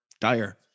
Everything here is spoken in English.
dire